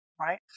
right